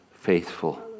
faithful